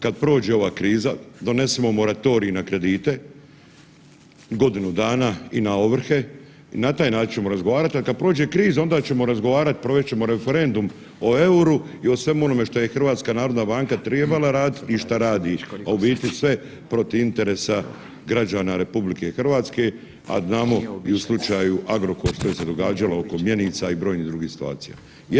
Kad prođe ova kriza donesimo moratorij na kredite, godinu dana i na ovrhe i na taj način ćemo razgovarat, a kad prođe kriza onda ćemo razgovarat, provest ćemo referendum o EUR-u i o svemu onome što je HNB trebala radit i šta radi, a u biti sve protiv interesa građana RH, a znamo i u slučaju Agrokor što je se događalo oko mjenica i brojnih drugih situacija.